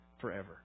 forever